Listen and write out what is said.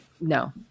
no